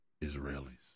Israelis